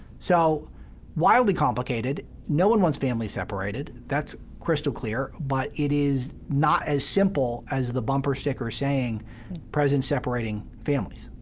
so wildly complicated. no one wants families separated that's crystal clear. but it is not as simple as the bumper sticker saying president separating families,